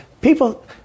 People